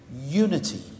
unity